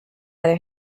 other